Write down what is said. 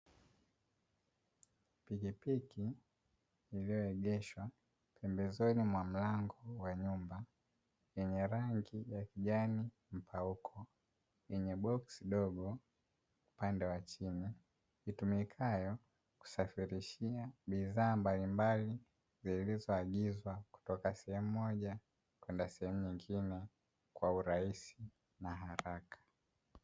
Pikipiki iliyoegeshwa pembeni mwa mlango wa nyumba, yenye rangi ya kijani mpauko kwenye boksi dogo upande wa chini. Itumikayo kusafirishia bidhaa mbalimbali zilizoagizwa kutoka sehemu moja kwenda sehemu nyingine kwa urahisi na uharaka.